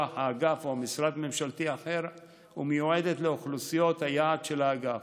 האגף או משרד ממשלתי אחר ומיועדת לאוכלוסיות היעד של האגף.